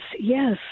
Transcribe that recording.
yes